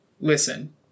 listen